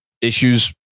issues